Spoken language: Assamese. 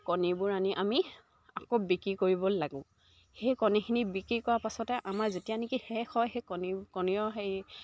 কণীবোৰ আনি আমি আকৌ বিক্ৰী কৰিবলৈ লাগোঁ সেই কণীখিনি বিক্ৰী কৰা পাছতে আমাৰ যেতিয়া নেকি শেষ হয় সেই কণী কণীৰ সেই